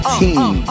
team